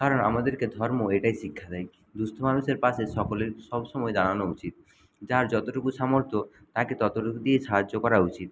কারণ আমাদেরকে ধর্ম এটাই শিক্ষা দেয় দুঃস্থ মানুষের পাশে সকলের সব সময় দাঁড়ানো উচিত যার যতটুকু সামর্থ্য তাকে ততটুকু দিয়ে সাহায্য করা উচিত